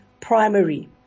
primary